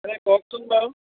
এনে কওকচোন বাৰু